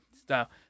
style